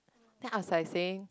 then I was like saying